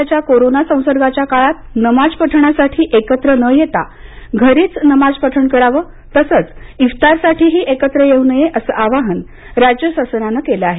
सध्याच्या कोरोना संसर्गाच्या काळात नमाज पठणासाठी एकत्र न येता घरीच नमाज पठण करावं तसंच इफ्तारसाठीही एकत्र नये असं आवाहन राज्य शासनानं केलं आहे